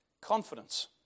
confidence